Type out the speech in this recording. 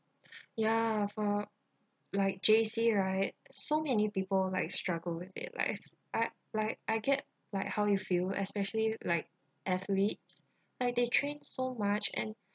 ya for like J_C right so many people like struggle with their lives I like I get like how you feel especially like athletes like they train so much and